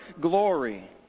glory